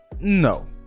No